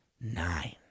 nine